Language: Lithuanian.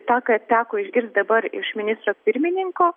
tą ką teko išgirst dabar iš ministro pirmininko